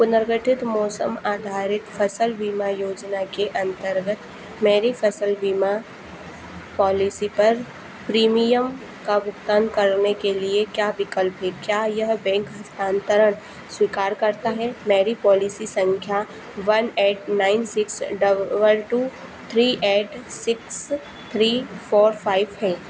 पुनर्गठित मौसम आधारित फसल बीमा योजना के अंतर्गत मेरी फसल बीमा पॉलिसी पर प्रीमियम का भुगतान करने के लिए क्या विकल्प हैं क्या यह बैंक हस्तांतरण स्वीकार करता है मेरी पॉलिसी संख्या one eight nine six one two three eight six three four five है